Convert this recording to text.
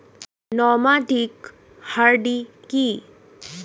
Nomadic hardy কি?